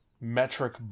metric